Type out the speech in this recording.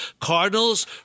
Cardinals